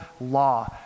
law